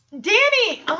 Danny